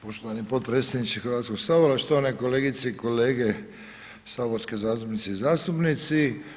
Poštovani potpredsjedniče Hrvatskog sabora, štovane kolegice i kolege saborske zastupnice i zastupnici.